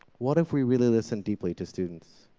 what if we really listen deeply to students?